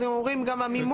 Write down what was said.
אז הם אומרים גם המימון.